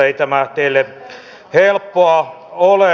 ei tämä teille helppoa ole